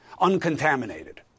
uncontaminated